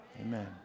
Amen